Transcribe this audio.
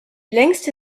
längste